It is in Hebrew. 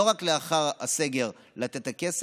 לא רק לאחר הסגר לתת את הכסף,